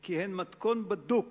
כי הן מתכון בדוק